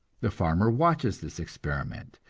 the farmer watches this experiment,